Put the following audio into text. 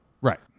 right